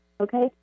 Okay